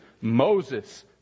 Moses